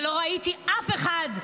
ולא ראיתי אף אחד,